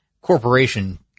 corporation